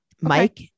Mike